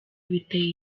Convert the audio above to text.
biteye